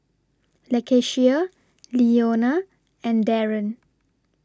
Lakeshia Leona and Daron